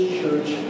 church